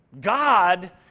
God